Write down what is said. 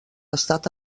estat